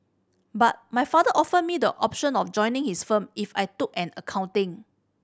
but my father offered me the option of joining his firm if I took an accounting